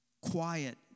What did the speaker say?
Quiet